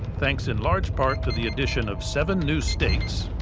thanks in large part to the addition of seven new states,